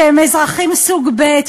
שהם אזרחים סוג ב'.